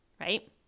right